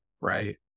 Right